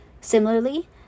Similarly